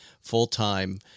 full-time